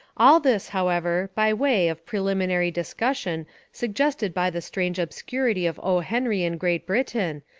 all this, however, by way of preliminary dis cussion suggested by the strange obscurity of o. henry in great britain,